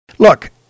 Look